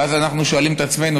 ואז אנחנו שואלים את עצמנו,